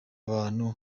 abantu